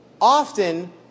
Often